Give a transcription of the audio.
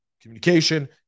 communication